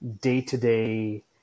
day-to-day